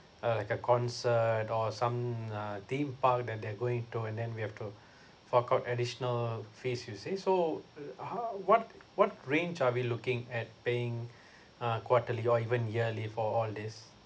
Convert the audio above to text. uh like a concert or some uh theme park that they're going to and then we have to for called additional fees you see so uh how what what range are we looking at paying uh quarterly or even yearly for all these